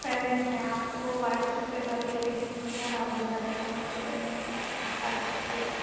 payment मैं आपको WhatsApp पर कर दे रही इस्केनर आप भेज देना मुझे पेमेन्ट व्हाट्सएप पर